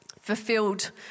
fulfilled